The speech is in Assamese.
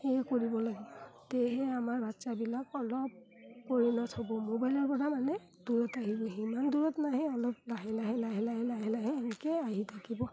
সেয়ে কৰিব লাগিব তেহে আমাৰ বাচ্ছাবিলাক অলপ পৰিণত হ'ব মোবাইলৰ পৰা মানে দূৰত আহিব ইমান দূৰত নাহে অলপ লাহে লাহে লাহে লাহে লাহে লাহে সেনেকৈ আহি থাকিব